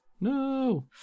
No